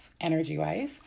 energy-wise